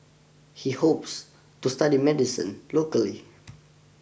he hopes to study medicine locally